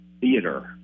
theater